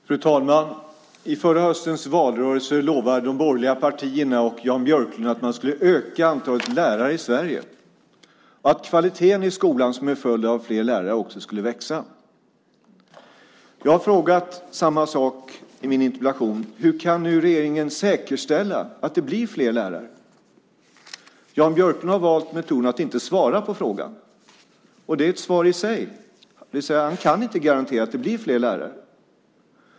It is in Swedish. Fru talman! I förra höstens valrörelse lovade de borgerliga partierna och Jan Björklund att man skulle öka antalet lärare i Sverige och att kvaliteten i skolan som en följd av fler lärare också skulle öka. Jag har frågat samma sak i min interpellation: Hur kan regeringen nu säkerställa att det blir fler lärare? Jan Björklund har valt metoden att inte svara på frågan. Och det är ett svar i sig, det vill säga att han inte kan garantera att det blir fler lärare.